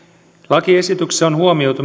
lakiesityksessä on huomioitu